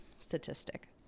statistic